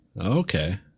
Okay